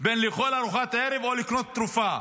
בין לאכול ארוחת ערב או לקנות תרופה,